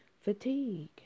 fatigue